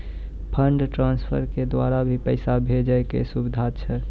Fund transfer के द्वारा भी पैसा भेजै के सुविधा छै?